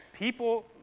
people